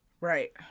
Right